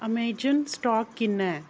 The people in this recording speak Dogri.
अमेज़न स्टाक किन्ना ऐ